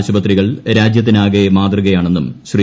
ആശുപത്രികൾ രാജ്യത്തിനാകെ മാതൃകയാണെന്നും ശ്രീ